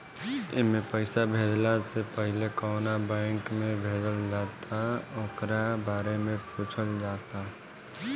एमे पईसा भेजला से पहिले कवना बैंक में भेजल जाता ओकरा बारे में पूछल जाता